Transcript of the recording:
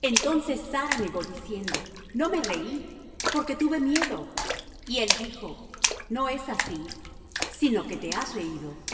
entonces sara negó diciendo no me reí porque tuve miedo y él dijo no es así sino que te has reído